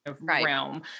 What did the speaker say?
realm